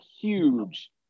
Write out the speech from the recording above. huge